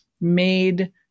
made